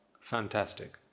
fantastic